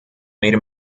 made